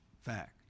fact